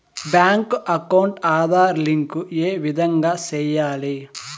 Bank account Aadhaar link ఏ విధంగా సెయ్యాలి?